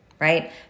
right